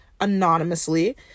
anonymously